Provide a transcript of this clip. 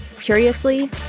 curiously